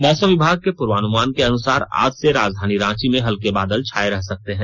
मौसम विभाग के पूर्वानुमान के अनुसार आज से राजधानी रांची में हल्के बादल छाए रह सकते है